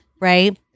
right